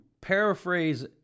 paraphrase